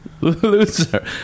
Loser